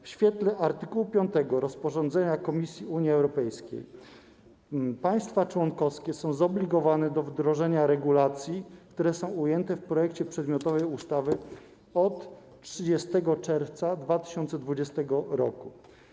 W świetle art. 5 rozporządzenia Komisji Unii Europejskiej państwa członkowskie są zobligowane do wprowadzenia regulacji, które są ujęte w projekcie przedmiotowej ustawy od 30 czerwca 2020 r.